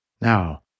Now